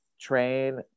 train